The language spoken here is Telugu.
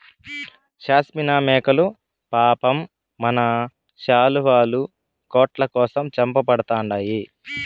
షాస్మినా మేకలు పాపం మన శాలువాలు, కోట్ల కోసం చంపబడతండాయి